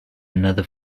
another